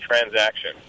transaction